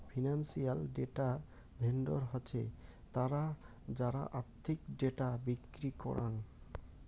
financial data vendor হসে তারা যারা আর্থিক ডেটা বিক্রি করাং